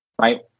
right